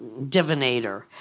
divinator